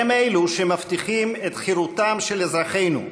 הם שמבטיחים את חירותם של אזרחינו.